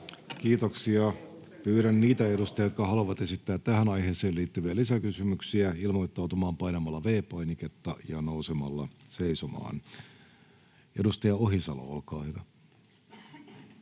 Kiitoksia. — Pyydän niitä edustajia, jotka haluavat esittää tähän aiheeseen liittyviä lisäkysymyksiä, ilmoittautumaan painamalla V-painiketta ja nousemalla seisomaan. — Edustaja Ohisalo, olkaa hyvä.